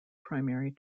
primary